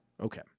Okay